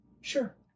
Sure